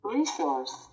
Resource